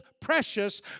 precious